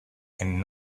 and